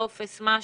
טופס, משהו,